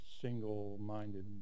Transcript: single-minded